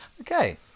Okay